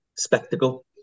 Spectacle